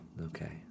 Okay